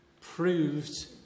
proved